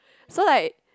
so like